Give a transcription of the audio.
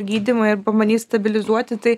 gydymą ir pabandyt stabilizuoti tai